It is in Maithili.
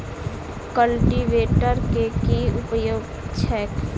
कल्टीवेटर केँ की उपयोग छैक?